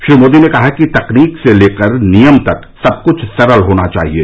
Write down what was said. श्री मोदी ने कहा कि तकनीक से लेकर नियम तक सब कुछ सरल होने चाहिएं